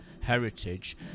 heritage